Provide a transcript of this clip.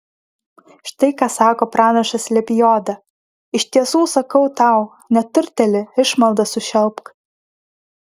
štai ką sako pranašas lebioda iš tiesų sakau tau neturtėlį išmalda sušelpk